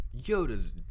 Yoda's